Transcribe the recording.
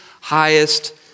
highest